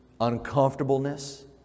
Uncomfortableness